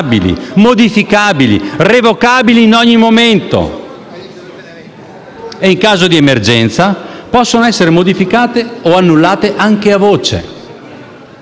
modificabili, revocabili in ogni momento e in caso di emergenza possono essere modificate o annullate anche a voce.